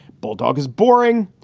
bulldog is boring.